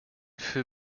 für